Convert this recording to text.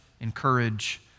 encourage